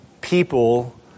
people